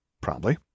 Probably